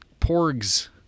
Porgs